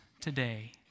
today